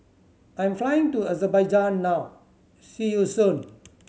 I am flying to Azerbaijan now see you soon